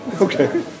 okay